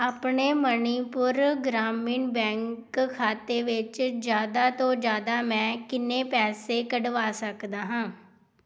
ਆਪਣੇ ਮਨੀਪੁਰ ਗ੍ਰਾਮੀਣ ਬੈਂਕ ਖਾਤੇ ਵਿੱਚ ਜ਼ਿਆਦਾ ਤੋਂ ਜ਼ਿਆਦਾ ਮੈਂ ਕਿੰਨੇ ਪੈਸੇ ਕੱਢਵਾ ਸਕਦਾ ਹਾਂ